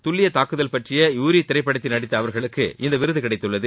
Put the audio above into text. துல்லிய தாக்குதல் பற்றிய யூரி திரைப்படத்தில் நடித்த அவர்களுக்கு இந்த விருது கிடைத்துள்ளது